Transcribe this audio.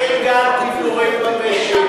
אין גל פיטורים במשק.